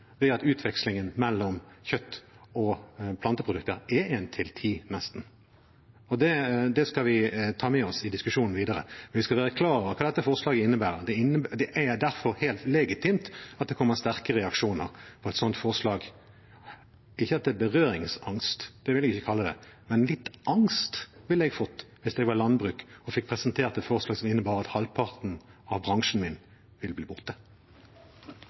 at utvekslingen mellom kjøtt- og planteprodukter er nesten én til ti. Det skal vi ta med oss i diskusjonen videre, men vi skal være klar over hva dette forslaget innebærer. Det er derfor helt legitimt at det kommer sterke reaksjoner på et sånt forslag. Jeg vil ikke kalle det berøringsangst, men litt angst ville jeg fått hvis jeg var i landbruket og fikk presentert et forslag som innebar at halvparten av bransjen min ville bli borte.